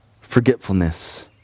forgetfulness